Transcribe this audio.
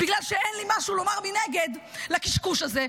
ובגלל שאין לי משהו לומר מנגד לקשקוש הזה,